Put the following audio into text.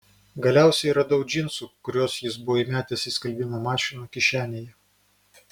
galiausiai radau džinsų kuriuos jis buvo įmetęs į skalbimo mašiną kišenėje